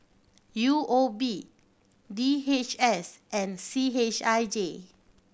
U O B D H S and C H I J